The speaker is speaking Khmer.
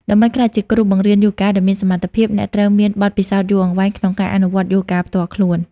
ដើម្បីក្លាយជាគ្រូបង្រៀនយូហ្គាដែលមានសមត្ថភាព អ្នកត្រូវមាន បទពិសោធន៍យូរអង្វែងក្នុងការអនុវត្តយូហ្គាផ្ទាល់ខ្លួន។